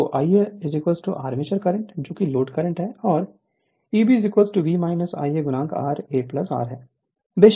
तो Ia armature current load current और Eb V Ia R ra है